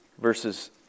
verses